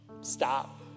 stop